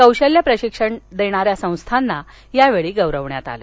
कौशल्य प्रशिक्षण देणाऱ्या संस्थांना यावेळी गौरवण्यात आलं